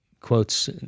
quotes